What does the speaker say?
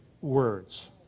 words